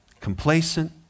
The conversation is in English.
complacent